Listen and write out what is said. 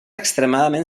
extremadament